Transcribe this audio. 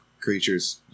creatures